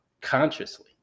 consciously